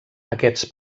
aquests